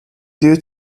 due